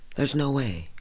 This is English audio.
there's no way.